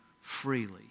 freely